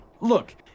Look